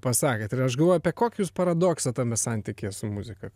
pasakėt ir aš galvoju apie kokį jūs paradoksą tame santykyje su muzika